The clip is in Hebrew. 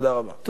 תודה.